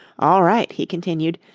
all right, he continued.